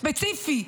ספציפי,